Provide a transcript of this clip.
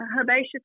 herbaceous